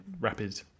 rapid